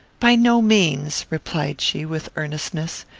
by no means, replied she, with earnestness.